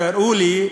תראו לי,